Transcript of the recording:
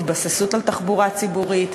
התבססות על תחבורה ציבורית,